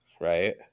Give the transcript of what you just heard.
Right